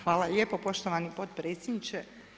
Hvala lijepo poštovani potpredsjedniče.